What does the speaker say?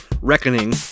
Reckoning